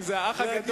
זאת הדרך לטפל